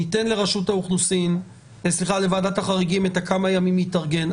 ניתן לוועדת החריגים כמה ימים להתארגן.